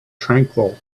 tranquil